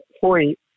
point